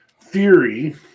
Theory